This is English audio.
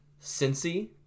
Cincy